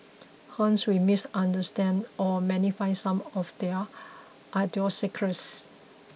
hence we misunderstand or magnify some of their idiosyncrasies